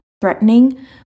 threatening